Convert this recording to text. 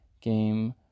game